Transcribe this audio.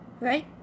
Right